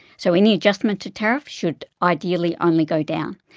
so any adjustment to tariffs should ideally only go down.